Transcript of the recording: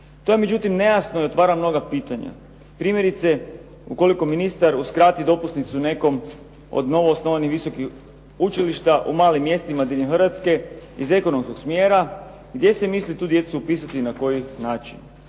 To je međutim nejasno i otvara mnoga pitanja. Primjerice, ukoliko ministar uskrati dopusnicu nekom od novo osnovanih visokih učilišta u malim mjestima diljem Hrvatske iz ekonomskog smjera, gdje se misli tu djecu upisati, na koji način?